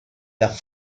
las